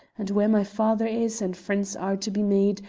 and where my father is and friends are to be made,